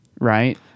right